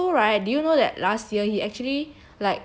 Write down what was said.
and also right do you know that last year he actually